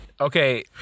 okay